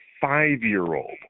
five-year-old